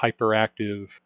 hyperactive